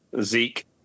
Zeke